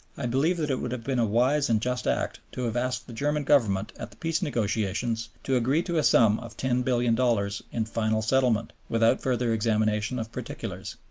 i believe that it would have been a wise and just act to have asked the german government at the peace negotiations to agree to a sum of ten billion dollars in and final settlement, without further examination of particulars.